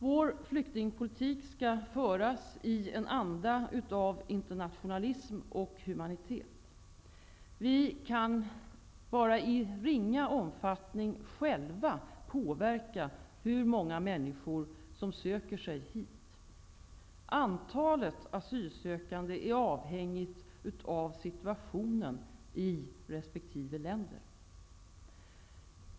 Vår flyktingpolitik skall föras i en anda av internationalism och humanitet. Vi kan bara i ringa omfattning själva påverka hur många människor som söker sig hit. Antalet asylsökande är avhängigt av situationen i resp. länder.